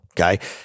Okay